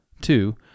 two